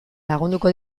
lagunduko